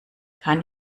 kann